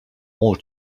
all